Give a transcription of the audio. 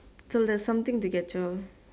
so that's something to get your